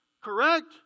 Correct